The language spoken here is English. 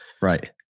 Right